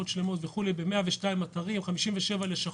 ב-102 אתרים, 57 לשכות,